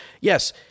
Yes